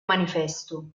manifesto